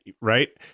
Right